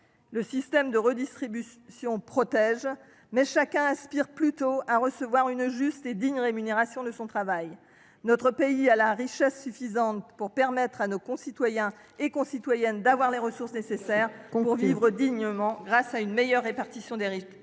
Le système de redistribution protège, mais chacun aspire plutôt à recevoir une juste et digne rémunération de son travail. Notre pays dispose de la richesse suffisante pour permettre à nos concitoyennes et concitoyens de disposer des ressources nécessaires pour vivre dignement, grâce à une meilleure répartition des richesses.